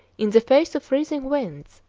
in the face of freezing winds,